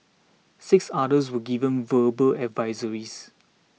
six others were given verbal advisories